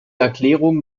erklärung